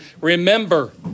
remember